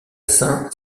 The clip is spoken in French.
saint